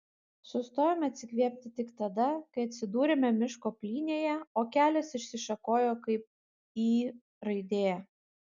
sustojome atsikvėpti tik tada kai atsidūrėme miško plynėje o kelias išsišakojo kaip y raidė